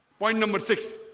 point number six